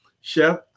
Chef